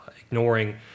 Ignoring